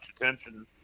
attention